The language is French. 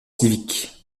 civiques